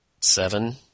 seven